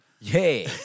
Yay